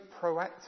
proactive